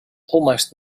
almost